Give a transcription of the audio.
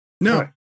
No